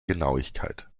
genauigkeit